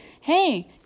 hey